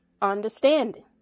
understanding